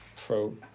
pro